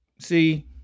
see